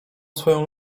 swoją